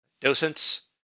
docents